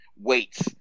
weights